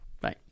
Bye